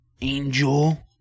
angel